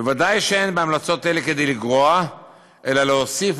בוודאי שאין בהמלצות אלה כדי לגרוע אלא להוסיף,